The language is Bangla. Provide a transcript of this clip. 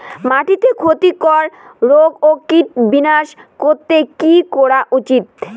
মাটিতে ক্ষতি কর রোগ ও কীট বিনাশ করতে কি করা উচিৎ?